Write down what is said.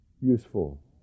useful